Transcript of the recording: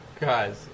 Guys